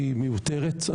היא מיותרת.